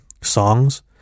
songs